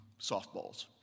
softballs